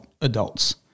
adults